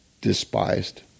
despised